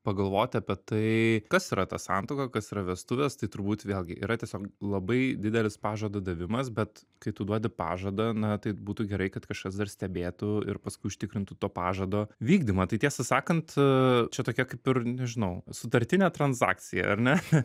pagalvoti apie tai kas yra ta santuoka kas yra vestuvės tai turbūt vėlgi yra tiesiog labai didelis pažado davimas bet kai tu duodi pažadą na tai būtų gerai kad kažkas dar stebėtų ir paskui užtikrintų to pažado vykdymą tai tiesą sakant čia tokia kaip ir nežinau sutartinė tranzakcija ar ne